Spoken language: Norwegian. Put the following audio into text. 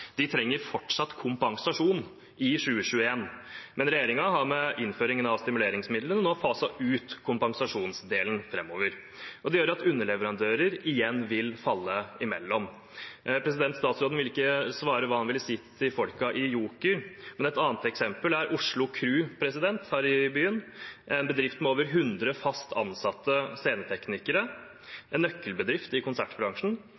De trenger fortsatt kompensasjon i 2021. Men regjeringen har med innføringen av stimuleringsmidlene nå faset ut kompensasjonsdelen framover, og det gjør at underleverandører igjen vil falle imellom. Statsråden ville ikke svare på hva han vil si til folka i Joker, men et annet eksempel er Oslo Kru her i byen. Det er en bedrift med over 100 fast ansatte sceneteknikere – en nøkkelbedrift i konsertbransjen.